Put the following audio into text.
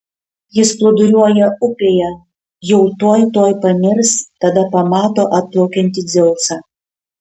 jis plūduriuoja upėje jau tuoj tuoj panirs tada pamato atplaukiantį dzeusą